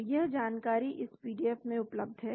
तो यह जानकारी इस पीडीएफ में उपलब्ध है